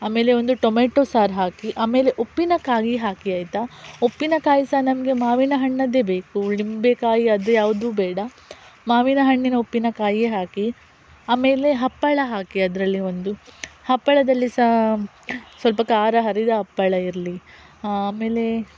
ಆಮೇಲೆ ಒಂದು ಟೊಮೆಟೋ ಸಾರ್ ಹಾಕಿ ಆಮೇಲೆ ಉಪ್ಪಿನಕಾಯಿ ಹಾಕಿ ಆಯಿತಾ ಉಪ್ಪಿನಕಾಯಿ ಸಹ ನಮಗೆ ಮಾವಿನ ಹಣ್ಣಿದ್ದೇ ಬೇಕು ಲಿಂಬೆಕಾಯಿ ಅದು ಯಾವುದು ಬೇಡ ಮಾವಿನ ಹಣ್ಣಿನ ಉಪ್ಪಿನಕಾಯಿ ಹಾಕಿ ಆಮೇಲೆ ಹಪ್ಪಳ ಹಾಕಿ ಅದರಲ್ಲಿ ಒಂದು ಹಪ್ಪಳದಲ್ಲಿ ಸಹ ಸ್ವಲ್ಪ ಖಾರ ಹುರಿದ ಹಪ್ಪಳ ಇರಲಿ ಆಮೇಲೆ